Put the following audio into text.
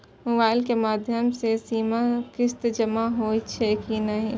Mobile के माध्यम से सीमा किस्त जमा होई छै कि नहिं?